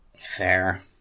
Fair